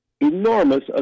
enormous